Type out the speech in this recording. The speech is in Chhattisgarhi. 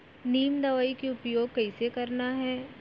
नीम दवई के उपयोग कइसे करना है?